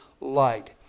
light